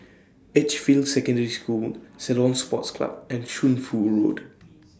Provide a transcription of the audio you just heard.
Edgefield Secondary School Ceylon Sports Club and Shunfu Road